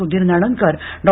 Sudhir Nanandkar Dr